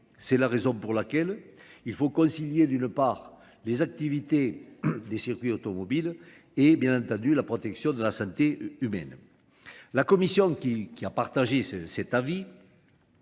C'est la raison pour laquelle il faut concilier d'une part les activités des circuits automobiles et, bien entendu, la protection de la santé humaine. La Commission qui a partagé cet avis